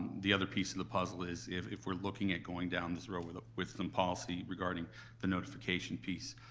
the other piece of the puzzle is, if if we're looking at going down this road with with some policy regarding the notification piece,